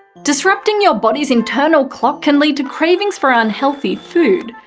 disrupting your body's internal clock can lead to cravings for unhealthy food.